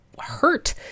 hurt